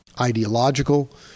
ideological